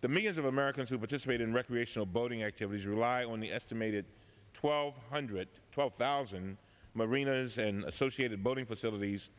the millions of americans who participate in recreational boating activities rely on the estimated twelve hundred twelve thousand marinas and associated boating facilities